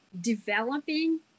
developing